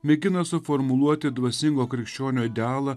mėgina suformuluoti dvasingo krikščionio idealą